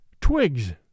Twigs